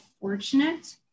fortunate